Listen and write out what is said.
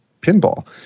pinball